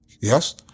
yes